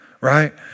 right